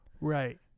Right